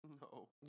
No